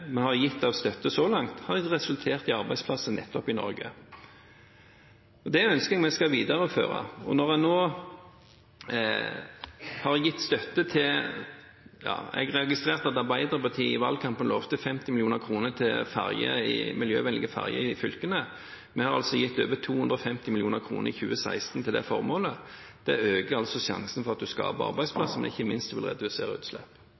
har gitt av støtte så langt, har resultert i arbeidsplasser nettopp i Norge. Det ønsker vi å videreføre. Jeg registrerte at Arbeiderpartiet i valgkampen lovte 50 mill. kr til miljøvennlige ferjer i fylkene, vi har altså gitt over 250 mill. kr i 2016 til det formålet. Det øker sjansen for at en skaper arbeidsplasser, men ikke minst vil det redusere utslipp.